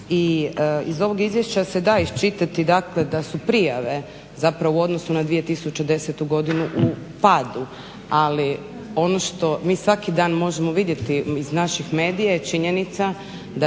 iz ovog izvješća se da iščitati da su dakle prijave zapravo u odnosu na 2010. godinu u padu, ali ono što mi svaki dan možemo vidjeti iz naših medija je činjenica da to postoji i da se to, ovo